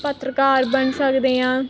ਪੱਤਰਕਾਰ ਬਣ ਸਕਦੇ ਹਾਂ